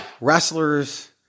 Wrestlers